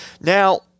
Now